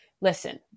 Listen